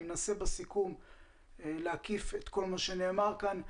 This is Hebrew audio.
אני אנסה בסיכום להקיף את כל מה שנאמר כאן.